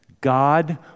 God